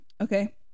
okay